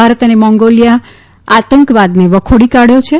ભારત અને મોંગોલિયાએ આતંકવાદને વખોડી કાઢ્યો છે